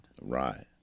Right